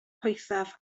poethaf